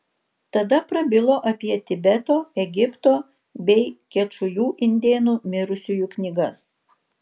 tada prabilo apie tibeto egipto bei kečujų indėnų mirusiųjų knygas